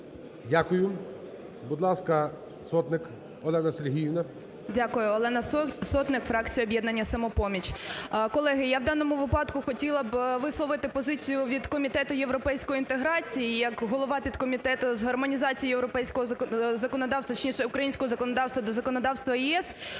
Дякую. Будь ласка, Сотник Олена Сергіївна. 11:18:47 СОТНИК О.С. Дякую. Олена Сотник, фракція "Об'єднання "Самопоміч". Колеги, я в даному випадку хотіла б висловити позицію від Комітету європейської інтеграції, як голова підкомітету з гармонізації європейського законодавства, точніше українського законодавства до законодавства ЄС.